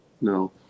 no